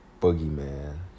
boogeyman